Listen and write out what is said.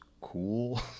cool